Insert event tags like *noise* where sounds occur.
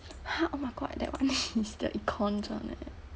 !huh! oh my god that one *laughs* is the econs one eh